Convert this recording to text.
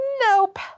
nope